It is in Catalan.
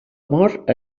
mort